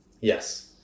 yes